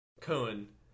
Cohen